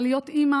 על להיות אימא,